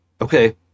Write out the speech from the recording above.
Okay